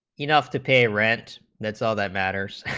enough to pay rents that's all that matters